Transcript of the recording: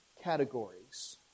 categories